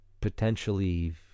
potentially